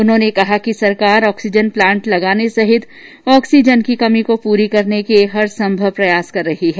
उन्होंने कहा कि सरकार ऑक्सीजन प्लांट लगाने सहित ऑक्सीजन की कमी को पूरी करने के हर संभव प्रयास कर रही है